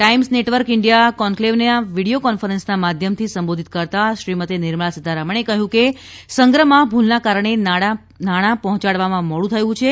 times Network India કોન્કલેવને video કોન્ફરન્સના માધ્યમથી સંબોધિત કરતા શ્રીમતી નિર્મલા સીતારમણે કહ્યું કે નાણાં સંગ્રહમાં ભૂલના કારણે નાણાં પહોંચાડવામાં મોડું થયું છે